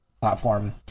platform